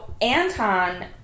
Anton